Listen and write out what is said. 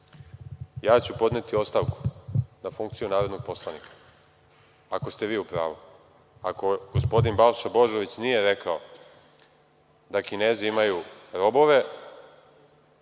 Ja ću podneti ostavku na funkciju narodnog poslanika ako ste vi u pravu, ako gospodin Balša Božović nije rekao, da Kinezi imaju robove,